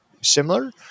similar